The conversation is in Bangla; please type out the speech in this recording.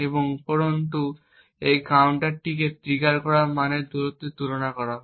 এবং উপরন্তু এই কাউন্টারটিকে ট্রিগার করা মানের সাথে তুলনা করা হয়